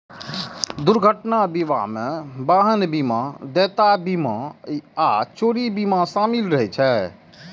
दुर्घटना बीमा मे वाहन बीमा, देयता बीमा आ चोरी बीमा शामिल रहै छै